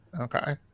Okay